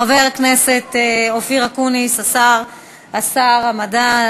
חבר הכנסת אופיר אקוניס, שר המדע,